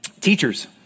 Teachers